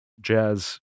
jazz